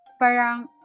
parang